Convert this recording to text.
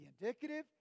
indicative